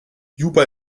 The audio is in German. juba